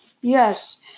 Yes